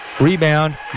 Rebound